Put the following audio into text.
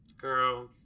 Girl